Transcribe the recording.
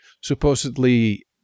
supposedly